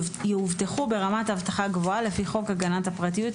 יאובטחו ברמת אבטחה גבוהה לפי חוק הגנת הפרטיות,